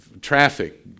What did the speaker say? traffic